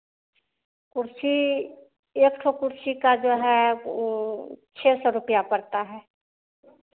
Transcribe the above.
कुर्सी एक ठो कुर्सी का जो है ऊ छः सौ रुपैया पड़ता है